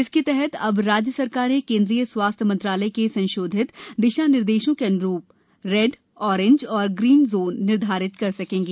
इसके तहत अब राज्य सरकारें केन्द्रीय स्वास्थ्य मंत्रालय के संशोधित दिशा निर्देशों के अन्रूप अपने रेड ऑरेंज और ग्रीन जोन निर्धारित कर सकेंगी